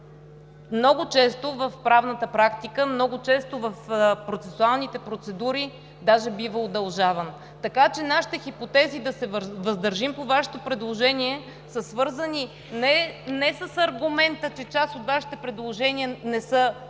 много често в правната практика, много често в процесуалните процедури даже бива удължаван. Нашите хипотези да се въздържим по Вашето предложение са свързани не с аргумента, че част от Вашите предложения не са добри